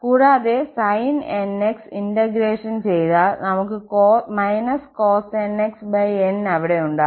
കൂടാതെ sin nx integration ചെയ്താൽ നമുക്ക് −cos nxn അവിടെ ഉണ്ടാകും